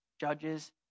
Judges